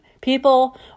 People